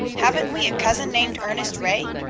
haven't we a cousin named ernest ray?